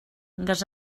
gas